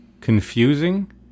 confusing